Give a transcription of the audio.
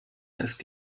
ist